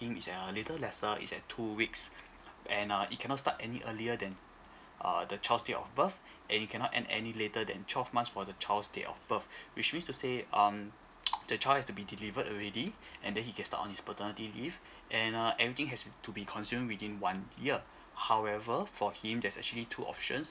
him is uh a little lesser is at two weeks and uh it cannot start any earlier then uh the child's date of birth and it cannot end any later than twelve months for the child's date of birth which means to say um the child has to be delivered already and then he can start on his paternity leave and uh everything has to be consumed within one year however for him there's actually two options